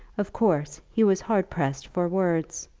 of course he was hard pressed for words.